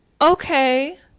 okay